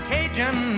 Cajun